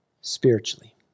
spiritually